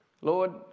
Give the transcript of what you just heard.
Lord